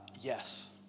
yes